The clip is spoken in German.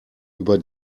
über